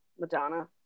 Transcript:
Madonna